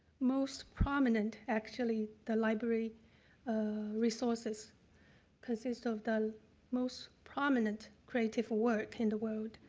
most prominent, actually, the library resources consist of the most prominent creative work in the world.